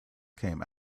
came